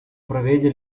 prevede